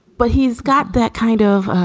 but he's got that kind of